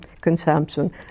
consumption